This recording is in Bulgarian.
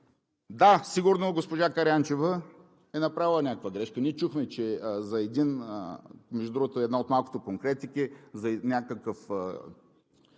да, сигурно госпожа Караянчева е направила някаква грешка, ние чухме, между другото, една от малкото конкретики, за някакъв